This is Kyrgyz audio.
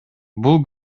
бул